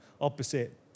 opposite